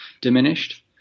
diminished